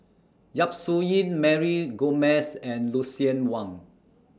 Yap Su Yin Mary Gomes and Lucien Wang